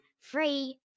Free